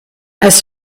als